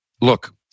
Look